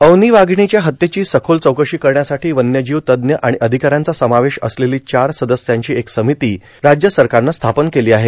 अवनी वााघणीच्या हत्येची सखोल चौकशी करण्यासाठी वन्यजीव तज्ज्ञ र्आण र्अाधकाऱ्यांचा समावेश असलेला चार सदस्यांची एक र्सामती राज्य सरकारनं स्थापन केलो आहे